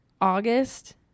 August